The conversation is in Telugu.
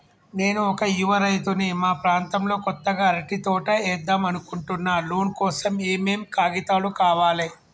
నేను ఒక యువ రైతుని మా ప్రాంతంలో కొత్తగా అరటి తోట ఏద్దం అనుకుంటున్నా లోన్ కోసం ఏం ఏం కాగితాలు కావాలే?